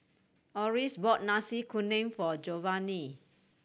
Oris bought Nasi Kuning for Jovany